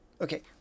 Okay